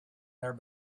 their